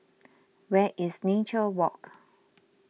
where is Nature Walk